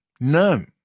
none